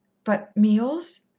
but meals?